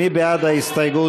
מי בעד ההסתייגות?